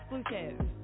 exclusive